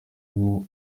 uwo